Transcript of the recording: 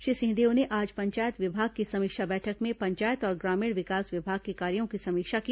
श्री सिंहदेव ने आज पंचायत विभाग की समीक्षा बैठक में पंचायत और ग्रामीण विकास विभाग के कार्यों की समीक्षा की